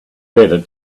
better